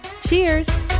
cheers